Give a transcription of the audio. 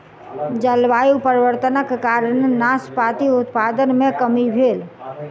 जलवायु परिवर्तनक कारणेँ नाशपाती उत्पादन मे कमी भेल